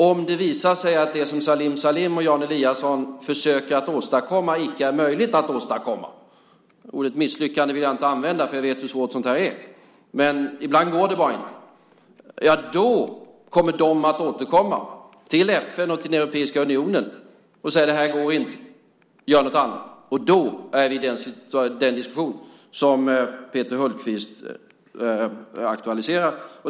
Om det visar sig att det som Salim Salim och Jan Eliasson försöker att åstadkomma icke är möjligt att åstadkomma - ordet misslyckande vill jag inte använda, för jag vet hur svårt sådant här är, men ibland går det bara inte - kommer de att återkomma, till FN och till Europeiska unionen och säga: Det här går inte. Vi gör något annat. Då får man ta den diskussion som Peter Hultqvist har aktualiserat.